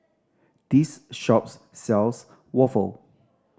this shops sells waffle